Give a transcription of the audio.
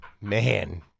Man